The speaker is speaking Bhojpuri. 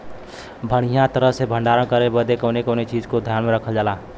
बढ़ियां तरह से भण्डारण करे बदे कवने कवने चीज़ को ध्यान रखल जा?